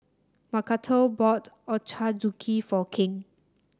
Macarthur bought Ochazuke for King